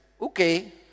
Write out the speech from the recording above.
okay